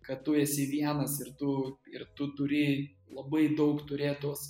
kad tu esi vienas ir tu ir tu turi labai daug turėt tos